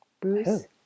Bruce